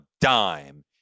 dime